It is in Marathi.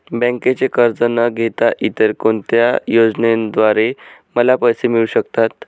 बँकेचे कर्ज न घेता इतर कोणत्या योजनांद्वारे मला पैसे मिळू शकतात?